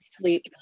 sleep